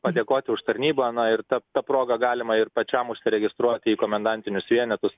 padėkoti už tarnybą na ir ta ta proga galima ir pačiam užsiregistruoti į komendantinius vienetus